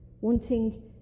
Wanting